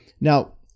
now